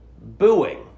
booing